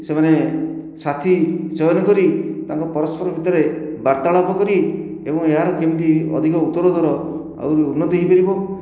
ସେମାନେ ସାଥି ଚୟନ କରି ତାଙ୍କ ପରସ୍ପର ଭିତରେ ବାର୍ତ୍ତାଳପ କରି ଏବଂ ଏହାର କେମିତି ଅଧିକ ଉତ୍ତର ଧର ଆହୁରି ଉନ୍ନତି ହୋଇପାରିବ